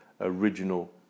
original